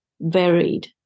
varied